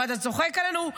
מה, אתה צוחק עלינו?